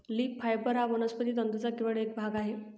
leaf fibre हा वनस्पती तंतूंचा केवळ एक भाग आहे